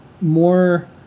more